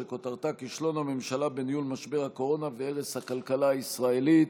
שכותרתה: כישלון הממשלה בניהול משבר הקורונה והרס הכלכלה הישראלית.